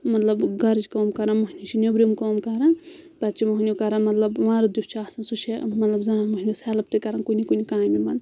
مطلب گَرٕچ کٲم کَران مۄہنیو چھِ نیٚبرِم کٲم کَران پَتہٕ چھِ مٔہنیو کَران مطلب مَرٕد یُس چھُ آسان سُہ چھِ مطلب زَنان مٔہنوِس ہیٚلٕپ تہِ کَران کُنہِ کُنہِ کامہِ منٛز